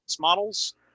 models